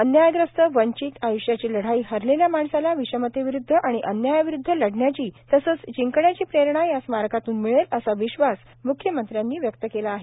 अन्यायग्रस्त वंचित आयष्याची लढाई हरलेल्या माणसाला विषमतेविरुदध आणि अन्यायाविरुदध लढण्याची तसंच जिंकण्याची प्रेरणा या स्मारकातून मिळेल असा विश्वास मुख्यमंत्र्यांनी व्यक्त केला आहे